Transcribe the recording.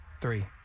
Three